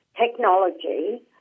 technology